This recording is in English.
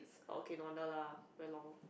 okay no wonder lah very long